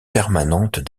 permanentes